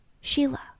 Sheila